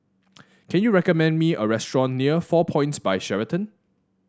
can you recommend me a restaurant near Four Points By Sheraton